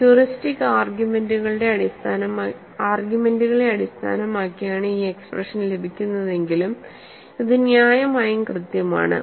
heuristic ആർഗ്യുമെന്റുകളെ അടിസ്ഥാനമാക്കിയാണ് ഈ എക്സ്പ്രഷൻ ലഭിക്കുന്നതെങ്കിലും ഇത് ന്യായമായും കൃത്യമാണ്